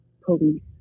police